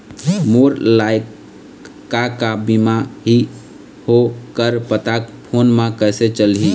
मोर लायक का का बीमा ही ओ कर पता फ़ोन म कइसे चलही?